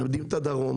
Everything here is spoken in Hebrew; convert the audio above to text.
מאבדים את הדרום,